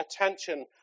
attention